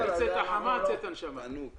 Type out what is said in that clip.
מצאת החמה עד צאת הנשמה.